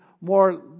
more